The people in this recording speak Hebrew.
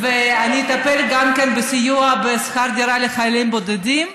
אני אטפל גם בסיוע בשכר דירה לחיילים בודדים.